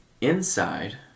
inside